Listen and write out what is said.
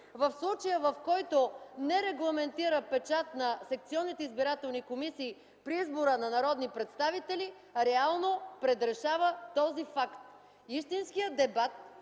в случая, в който не регламентира печат на секционните избирателни комисии при избора на народни представители, реално предрешава този факт. Истинският дебат